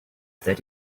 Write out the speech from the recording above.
that